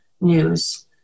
news